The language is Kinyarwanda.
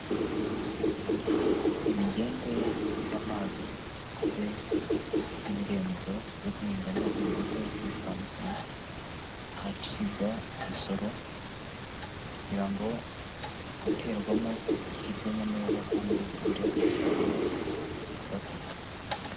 Imigende y'amazi ndetse n'imirenzo yo guhingamo imbuto zitandukanye, ahacibwa ibisoro kugira ngo ibiterwamo bishyirwemo neza kandi bigire umusaruro ufatika.